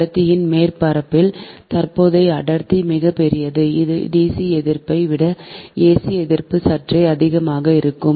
கடத்தியின் மேற்பரப்பில் தற்போதைய அடர்த்தி மிகப் பெரியது இது dc எதிர்ப்பை விட ac எதிர்ப்பு சற்றே அதிகமாக இருக்கும்